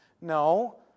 No